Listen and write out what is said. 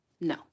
No